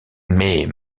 mais